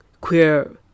queer